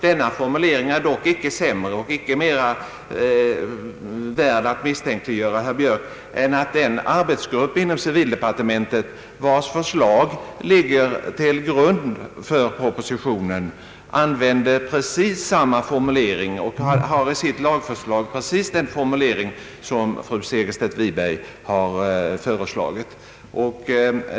Dock är inte reservationens formulering sämre och ej heller värd att misstänkliggöra, herr Björk, eftersom den arbetsgrupp inom civildepartementet, vars förslag ligger till grund för propositionen, använde precis samma formulering i sitt lagförslag.